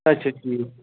اچھا ٹھیٖک